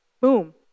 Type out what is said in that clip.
Boom